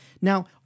Now